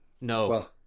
no